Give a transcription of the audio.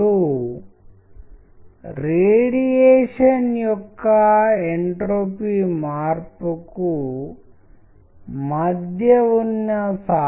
చిత్రాలు మరియు టెక్స్ట్లను చాలా విభిన్నంగా ఉపయోగించవచ్చు ఇక్కడ ఒక టెక్స్ట్కి మాత్రమే ఉదాహరణ